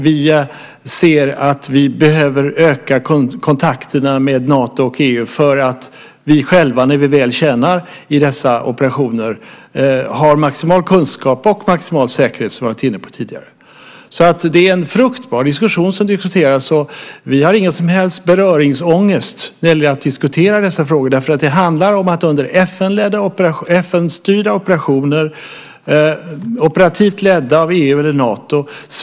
Vi ser att vi behöver öka kontakterna med Nato och EU för att vi själva, när vi väl tjänar i dessa operationer, har maximal kunskap och maximal säkerhet, som jag har varit inne på tidigare. Det är en fruktbar diskussion som förs. Vi har ingen som helst beröringsångest när det gäller att diskutera dessa frågor. Det handlar om att Sveriges synpunkter ska vägas in under FN-styrda operationer, operativt ledda av EU eller Nato.